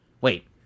wait